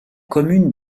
commune